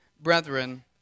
brethren